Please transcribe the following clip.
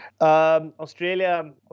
Australia